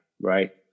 right